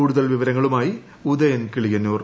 കൂടുതൽ വിവരങ്ങളുമായി ഉദയൻ കിളിയന്നൂർ